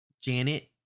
Janet